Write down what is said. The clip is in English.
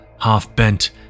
half-bent